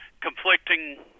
conflicting